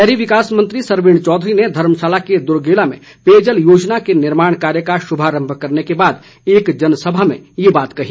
शहरी विकास मंत्री सरवीण चौधरी ने धर्मशाला के दुरगेला में पेयजल योजना के निर्माण कार्य का शुभारंभ करने के बाद एक जनसभा में ये बात कही